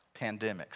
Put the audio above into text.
pandemics